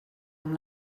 amb